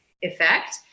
effect